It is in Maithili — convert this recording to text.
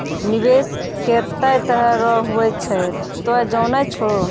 निवेश केतै तरह रो हुवै छै तोय जानै छौ